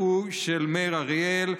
הוא של מאיר אריאל,